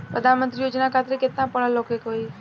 प्रधानमंत्री योजना खातिर केतना पढ़ल होखे के होई?